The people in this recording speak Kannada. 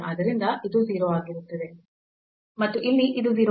ಆದ್ದರಿಂದ ಇದು 0 ಆಗಿರುತ್ತದೆ ಮತ್ತು ಇಲ್ಲಿ ಇದು 0 ಆಗಿರುತ್ತದೆ